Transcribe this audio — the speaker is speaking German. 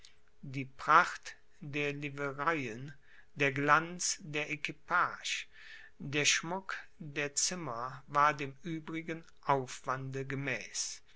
die pracht der livereien der glanz der equipage und der schmuck der zimmer war dem übrigen aufwande gemäß